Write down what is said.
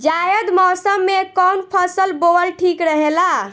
जायद मौसम में कउन फसल बोअल ठीक रहेला?